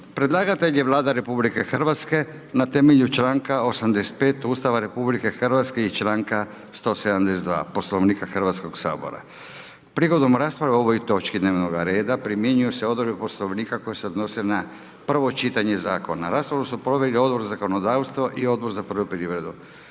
Predlagatelj je Vlada RH na temelju članka 85. Ustava RH i članka 172. Poslovnika Hrvatskoga sabora. Prigodom rasprave o ovoj točki dnevnoga reda primjenjuju se odredbe Poslovnika koje se odnose na prvo čitanje Zakona. Raspravu su proveli Odbor za zakonodavstvo i Odbor za poljoprivredu.